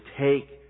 take